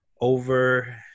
over